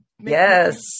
yes